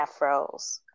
afros